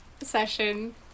session